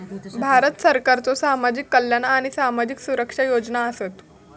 भारत सरकारच्यो सामाजिक कल्याण आणि सामाजिक सुरक्षा योजना आसत